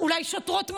אולי שוטרות מג"ב,